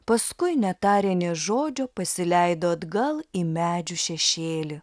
paskui netarę nė žodžio pasileido atgal į medžių šešėlį